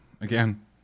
again